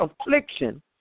affliction